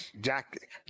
jack